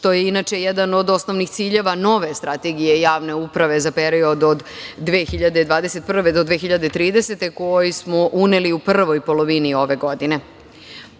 što je inače jedan od osnovnih ciljeva nove Strategije javne uprave za period od 2021. do 2030. godine, koju smo uneli u prvoj polovini ove godine.